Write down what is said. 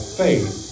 faith